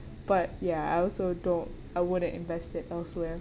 but ya I also don't I wouldn't invest it elsewhere